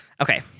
Okay